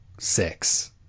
Six